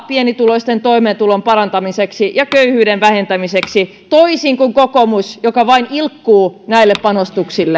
pienituloisten toimeentulon parantamiseksi ja köyhyyden vähentämiseksi toisin kuin kokoomus joka vain ilkkuu näille panostuksille